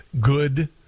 Good